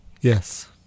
Yes